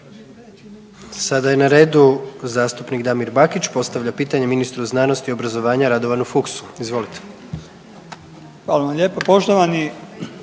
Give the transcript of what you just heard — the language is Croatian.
Sada je na redu zastupnik Damir Bakić postavlja pitanje ministru znanosti i obrazovanja Radovanu Fuchsu. Izvolite. **Bakić, Damir